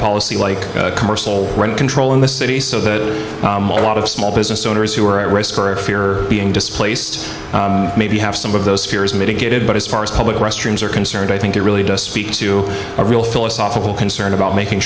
policy like commercial rent control in the city so that a lot of small business owners who are at risk or if they are being displaced maybe have some of those fears mitigated but as far as public restrooms are concerned i think it really does speak to a real philosophical concern about making